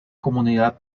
comunidad